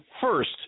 first